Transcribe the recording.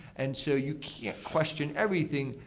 and so you can't question everything,